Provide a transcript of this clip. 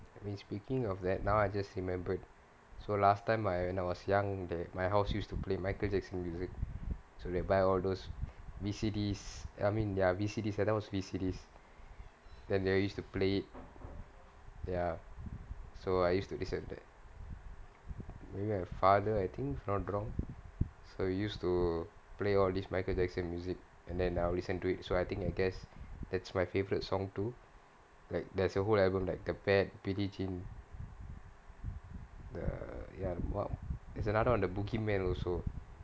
which speaking of that now I just remembered so last time I when I was young the my house used to play michael jackson music so we buy all those V_C_Ds I mean there are V_C_Ds that time was V_C_Ds then they used to play so I used to listen maybe my father I think if I'm not wrong so they used to play all these michael jackson music and then I will listen to it so I think I guess that's my favourite song too like there's a whole album like the bad billie jean the there's another on the boogie man also